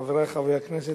חברי חברי הכנסת,